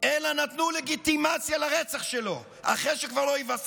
אלא נתנו לגיטימציה לרצח שלו אחרי שכבר לא היווה סכנה.